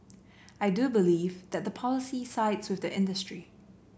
I do believe that the policy sides with the industry